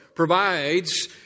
provides